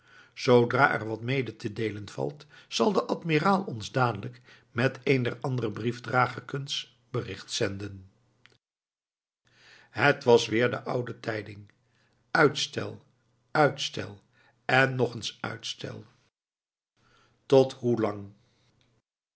zoodra er wat mede te deelen valt zal de admiraal ons dadelijk met een der andere briefdragerkens bericht zenden het was weer de oude tijding uitstel uitstel en nog eens uitstel tot